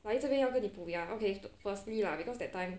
来这边要跟你补牙 ah okay firstly lah because that time